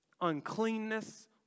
uncleanness